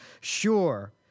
sure